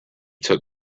took